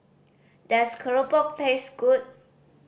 does keropok taste good